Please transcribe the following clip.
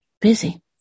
busy